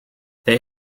they